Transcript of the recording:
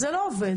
זה לא עובד.